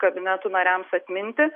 kabinetų nariams atminti